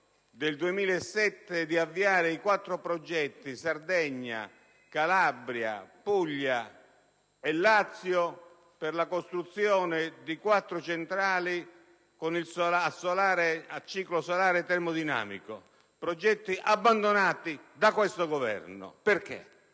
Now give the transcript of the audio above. del 2007, di avviare quattro progetti, in Sardegna, Calabria, Puglia e Lazio, per la costruzione di quattro centrali a ciclo solare termodinamico, progetti abbandonati da questo Governo. Perché?